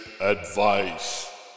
Advice